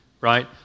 right